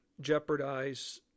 jeopardize